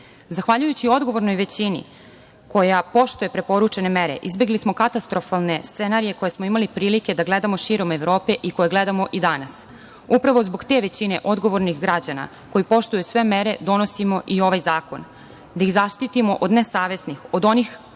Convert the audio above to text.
Evropi. Zahvaljujući odgovornoj većini koja poštuje preporučene mere, izbegli smo katastrofalne scenarije koje smo imali prilike da gledamo širom Evrope i koje gledamo i danas. Upravo zbog te većine odgovornih građana, koji poštuju sve mere, donosimo i ovaj zakon, da ih zaštitimo od nesavesnih, od onih za